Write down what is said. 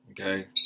Okay